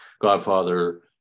Godfather